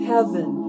heaven